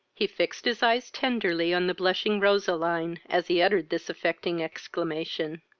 he fixed his eyes tenderly on the blushing roseline, as he uttered this affecting exclamation.